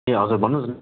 ए हजुर भन्नुहोस् न